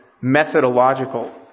methodological